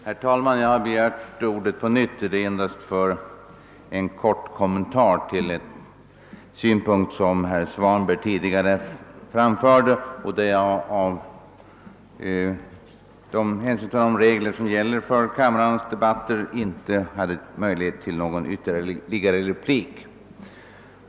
Herr talman! Jag har på nytt begärt ordet för att göra en kort kommentar till en synpunkt som herr Svanberg tidigare anförde. På grund av de regler som gäller för kammarens debatter hade jag då inte möjlighet till en ytterligare replik.